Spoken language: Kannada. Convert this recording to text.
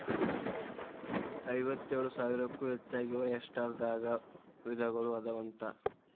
ಐವತ್ತೇಳು ಸಾವಿರಕ್ಕೂ ಹೆಚಗಿ ಒಯಸ್ಟರ್ ದಾಗ ವಿಧಗಳು ಅದಾವಂತ